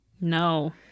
No